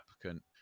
applicant